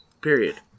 Period